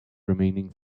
remaining